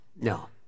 no